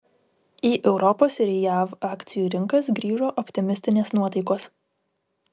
į europos ir jav akcijų rinkas grįžo optimistinės nuotaikos